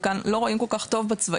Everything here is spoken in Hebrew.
וכאן לא רואים כל כך טוב בצבעים,